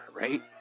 right